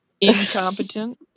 Incompetent